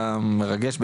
המרגש,